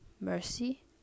mercy